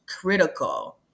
critical